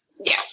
Yes